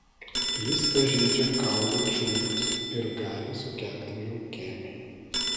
jis pažeidžia kaulų čiulpus ir gali sukelti leukemiją